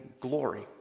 glory